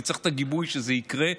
כי צריך את הגיבוי שזה יקרה,